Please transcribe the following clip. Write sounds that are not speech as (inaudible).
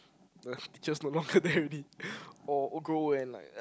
the teachers no longer (laughs) there already or or grow old and like